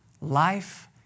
Life